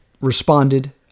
responded